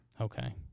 Okay